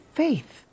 faith